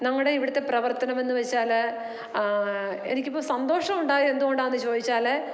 ഞങ്ങളുടെ ഇവിടുത്തെ പ്രവർത്തനമെന്ന് വച്ചാൽ എനിക്കിപ്പം സന്തോഷമുണ്ടായാൽ എന്തുകൊണ്ടാന്ന് ചോദിച്ചാൽ